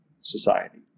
society